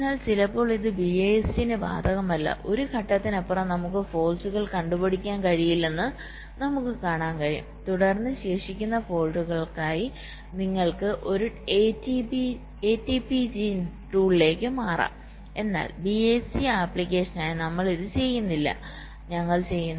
എന്നാൽ ചിലപ്പോൾ ഇത് BIST ന് ബാധകമല്ല ഒരു ഘട്ടത്തിനപ്പുറം നമുക്ക് ഫോൾട്കൾ കണ്ടുപിടിക്കാൻ കഴിയില്ലെന്ന് നമുക്ക് കാണാൻ കഴിയും തുടർന്ന് ശേഷിക്കുന്ന ഫോൾട്കൾക്കായി നിങ്ങൾക്ക് ഒരു ATPG ടൂളിലേക്ക് മാറാം എന്നാൽ BIST ആപ്ലിക്കേഷനായി നമ്മൾ ഇത് ചെയ്യുന്നില്ല ഞങ്ങൾ ചെയ്യുന്നു